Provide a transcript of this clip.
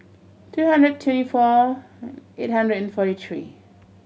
two hundred twenty four eight hundred and forty three